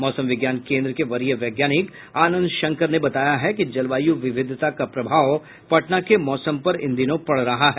मौसम विज्ञान केन्द्र के वरीय वैज्ञानिक आनंद शंकर ने बताया है कि जलवायू विविधता का प्रभाव पटना के मौसम पर इन दिनों पड़ रहा है